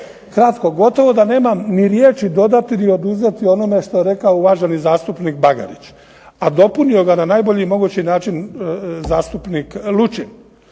Kratko. Gotovo da nemam ni riječi ni dodati ni oduzeti onome što je rekao uvaženi zastupnik Bagarić, a dopunio ga na najbolji mogući način zastupnik Lučin.